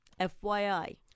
FYI